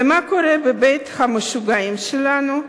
ומה קורה בבית-המשוגעים שלנו?